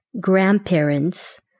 grandparents